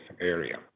area